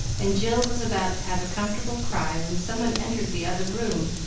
and jill was about to have a comfortable cry, when someone entered the other room,